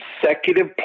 consecutive